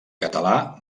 català